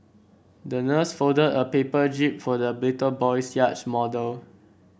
the nurse folded a paper jib for the little boy's yacht model